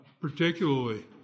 particularly